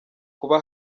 kuba